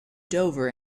dover